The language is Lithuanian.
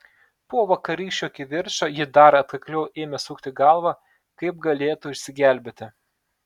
po vakarykščio kivirčo ji dar atkakliau ėmė sukti galvą kaip galėtų išsigelbėti